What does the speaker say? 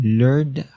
learned